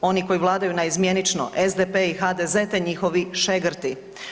Oni koji vladaju naizmjenično SDP i HDZ, te njihovi šegrti.